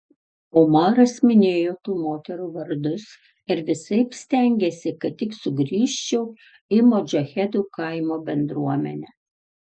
omaras minėjo tų moterų vardus ir visaip stengėsi kad tik sugrįžčiau į modžahedų kaimo bendruomenę